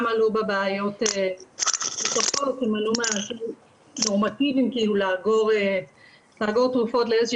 עלו בה בעיות --- נורמטיביים לאגור תרופות לאיזו